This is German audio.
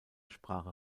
sprache